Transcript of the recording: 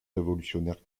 révolutionnaire